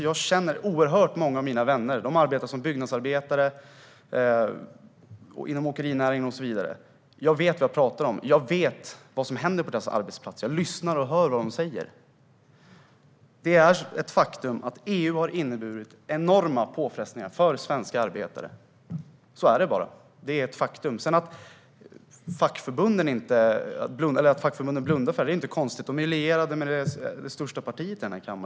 Jag har oerhört många vänner som jobbar som byggnadsarbetare, inom åkerinäringen och så vidare. Jag vet vad jag talar om. Jag vet vad som händer på dessa arbetsplatser. Jag lyssnar på vad de säger. Det är ett faktum att EU har inneburit enorma påfrestningar för svenska arbetare. Så är det bara. Det är ett faktum. Att fackförbunden sedan blundar för detta är inte konstigt. De är lierade med det största partiet i denna kammare.